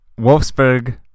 Wolfsburg